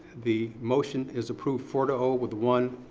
the motion is approved four to oh, with one.